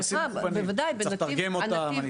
טפסים מקוונים, צריך לתרגם אותם.